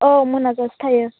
औ मोनाजासे थायो